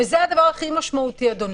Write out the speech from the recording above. וזה הדבר הכי משמעותי, אדוני.